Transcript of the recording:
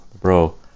bro